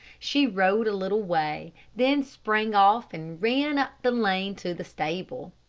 she rode a little way, then sprang off and ran up the lane to the stable.